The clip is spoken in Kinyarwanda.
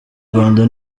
rwanda